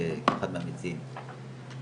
כאחד המציעים.